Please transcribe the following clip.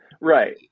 Right